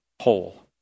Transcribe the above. whole